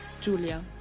Julia